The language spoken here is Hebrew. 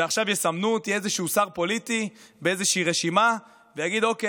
ועכשיו יסמן אותי איזשהו שר פוליטי באיזושהי רשימה ויגיד: לא,